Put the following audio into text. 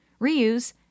reuse